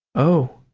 oh.